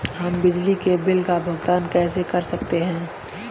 हम बिजली के बिल का भुगतान कैसे कर सकते हैं?